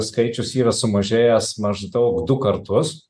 skaičius yra sumažėjęs maždaug du kartus